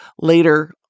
later